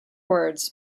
words